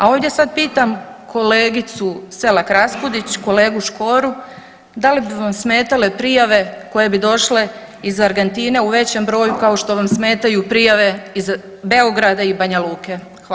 A ovdje sad pitam kolegicu Selak Raspudić i kolegu Škoru, da li bi vam smetale prijave koje bi došle iz Argentine u većem broju kao što vam smetaju prijave iz Beograda i Banja Luke?